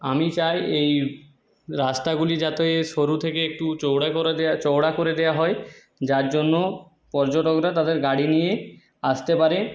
আমি চাই এই রাস্তাগুলি যাতে সরু থেকে একটু চওড়া করে দেওয়া চওড়া করে দেওয়া হয় যার জন্য পর্যটকরা তাদের গাড়ি নিয়ে আসতে পারে